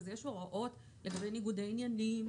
יש הוראות לגבי ניגוד עניינים,